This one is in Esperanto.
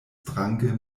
strange